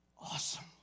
awesome